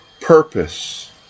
purpose